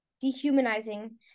Dehumanizing